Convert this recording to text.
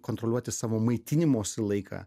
kontroliuoti savo maitinimosi laiką